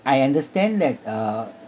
I understand that uh